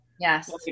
Yes